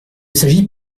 s’agit